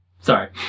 Sorry